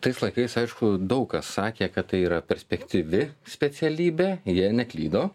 tais laikais aišku daug kas sakė kad tai yra perspektyvi specialybė jie neklydo